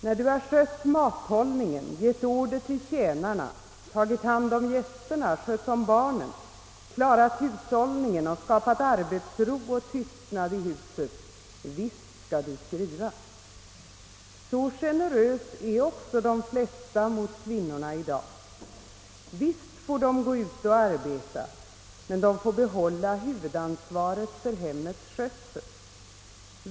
När du har skött mathållningen, gett order till tjänarna, tagit hand om gästerna, skött om barnen, klarat hushållningen och skapat arbetsro och tystnad i huset — visst skall du skriva! Så generösa är också de flesta mot kvinnorna i dag. Visst får de gå ut och arbeta, men de måste behålla huvudansvaret för hemmets skötsel.